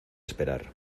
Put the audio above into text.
esperar